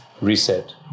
reset